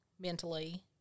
mentally